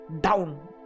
down